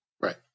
Right